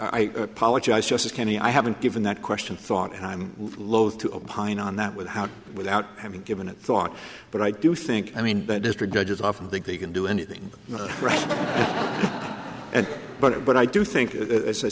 apologize just as kenny i haven't given that question thought and i'm loath to opine on that without without having to give thought but i do think i mean that district judges often think they can do anything right and but but i do think as i